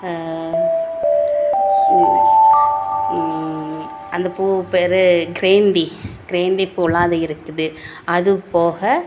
அந்தப் பூ பெயரு க்ரேந்தி க்ரேந்திப் பூவெலாம் அது இருக்குது அது போக